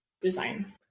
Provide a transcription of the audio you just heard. design